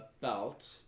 belt